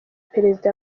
perezida